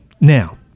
Now